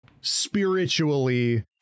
spiritually